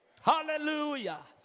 Hallelujah